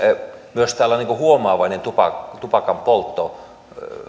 myös tällainen ikään kuin huomaavainen tupakanpoltto